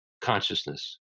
consciousness